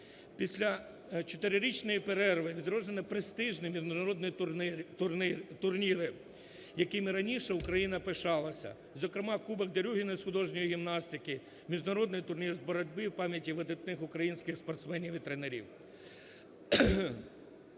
Після чотирирічної перерви відроджені престижні міжнародні турніри, якими раніше Україна пишалася, зокрема "Кубок Дерюгіної" з художньої гімнастики, міжнародний турнір з боротьби пам'яті видатних українських партнерів і тренерів.